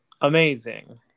amazing